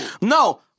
No